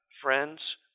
friends